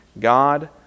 God